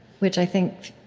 which i think